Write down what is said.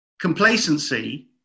complacency